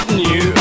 new